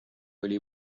oli